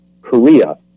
Korea